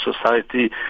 society